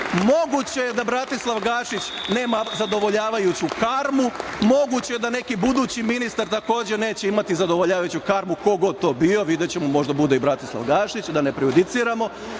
Moguće je da Bratislav Gašić nema zadovoljavajuću karmu. Moguće da neki budući ministar takođe neće imati zadovoljavajuću karmu, ko god to bio. Videćemo, možda bude i Bratislav Gašić, da ne prejudiciramo.